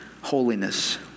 holiness